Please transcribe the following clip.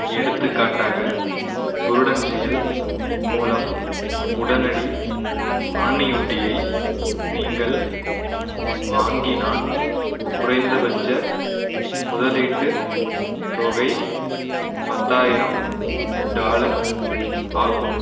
எடுத்துக்காட்டாக புருடென்ஷியல் மூலம் உடனடி ஆன்னியூட்டியை நீங்கள் வாங்கினால் குறைந்தபட்ச முதலீட்டுத் தொகை பத்தாயிரம் டாலர் ஆகும்